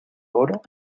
oro